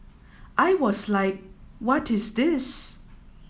I was like what is this